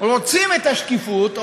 את השקיפות,